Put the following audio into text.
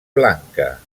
blanca